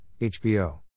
HBO